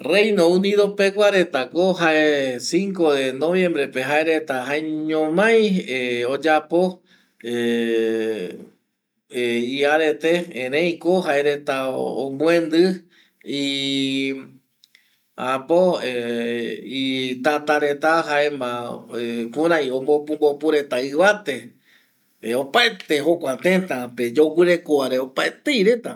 Reino Unido pegua reta ko jae cinco de noviembre jaereta jaeñomai ˂hesitation˃ oyapo ˂hesitation˃ y arete erei ko jaereta omuendi ˂hesitation˃ apo tatareta jaema kurei ombopu vopu reta ivate opaete jokua teta pe yogureko va opaetei reta.